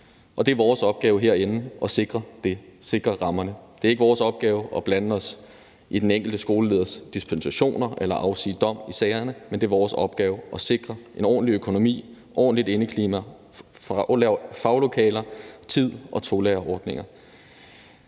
og det er vores opgave herinde at sikre rammerne. Det er ikke vores opgave og blande os i den enkelte skoleleders dispensationer eller afsige dom i sagerne, men det er vores opgave at sikre en ordentlig økonomi, et ordentligt indeklima, faglokaler, tid og tolærerordninger.